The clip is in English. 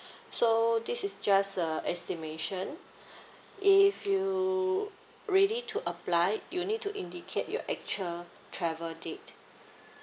so this is just a estimation if you ready to apply you need to indicate your actual travel date